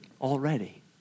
already